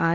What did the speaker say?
R